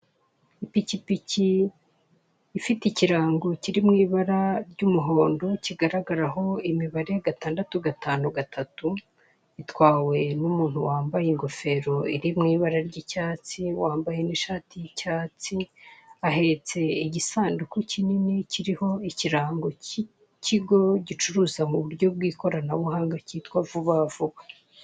Ipikipiki ifite ikirango kiri mu ibara ry'umuhondo kigaragaraho imibare gatandatu gatanu gatatu, itwawe n'umuntu wambaye ingofero iri mu ibara ry'icyatsi wambaye n'ishati y'icyatsi, ahetse igisanduku kinini kiriho ikirango cy'ikigo gicuruza mu buryo bw'ikoranabuhanga cyitwa vuba vuba.